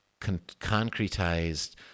concretized